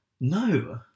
no